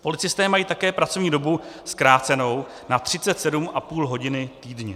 Policisté mají také pracovní dobu zkrácenu na 37,5 hodiny týdně.